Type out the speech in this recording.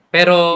Pero